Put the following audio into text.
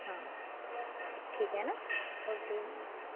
हाँ ठीक है ना ओके